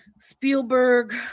Spielberg